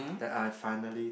that I finally